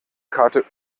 karte